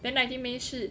then nineteen may 是